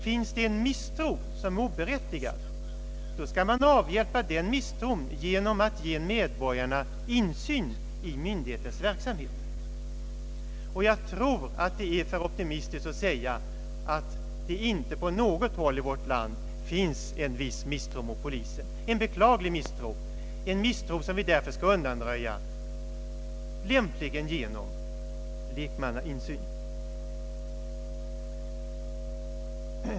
Finns det en misstro, som är oberättigad, skall man avhjälpa den saken genom att ge medborgarna insyn. Jag tror att det är för optimistiskt att säga att det inte på något håll i vårt land finns en viss misstro mot polisen. Det finns en misstro, en beklaglig misstro, som vi bör undanröja, lämpligen genom lekmannainsyn.